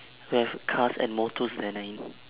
they have cars and motors denaiyi